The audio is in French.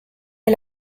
est